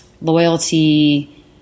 loyalty